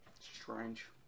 Strange